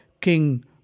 King